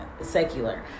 secular